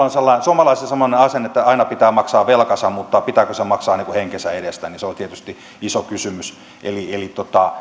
on semmoinen asenne että aina pitää maksaa velkansa mutta se pitääkö se maksaa henkensä edestä on tietysti iso kysymys eli eli